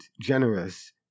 generous